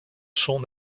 sons